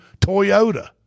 Toyota